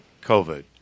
COVID